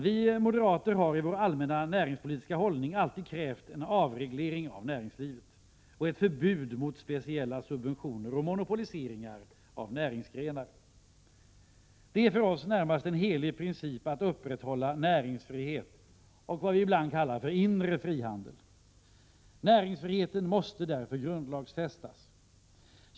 Vi moderater har i vår allmänna näringspolitiska hållning alltid krävt en avreglering av näringslivet och ett förbud mot speciella subventioner och monopoliseringar av näringsgrenar. Det är för oss en närmast helig princip att upprätthålla näringsfrihet och vad vi ibland kallar för inre frihandel. Näringsfriheten måste därför grundlagsfästas.